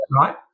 right